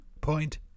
Point